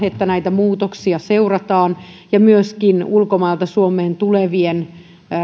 että näitä muutoksia seurataan ja myöskin ulkomailta suomeen tulevien